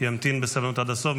ימתין בסבלנות עד הסוף,